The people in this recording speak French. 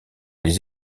les